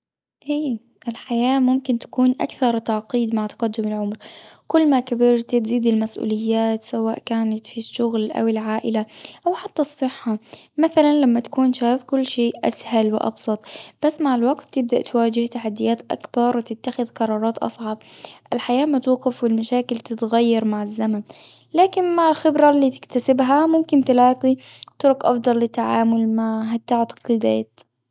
اي الحياة ممكن تكون أكثر تعقيد مع تقدم العمر. كل ما كبرت تزيد المسؤوليات، سواء كانت في الشغل، أو العائلة، أو حتى الصحة. مثلاً، لما تكون شايف كل شيء أسهل وأبسط، بس مع الوقت تبدأ تواجه تحديات أكبر، وتتخذ قرارات أصعب. الحياة ما توقف، والمشاكل تتغير مع الزمن، لكن مع الخبرة اللي تكتسبها، ممكن تلاقي طرق أفضل للتعامل مع هالتعقيدات.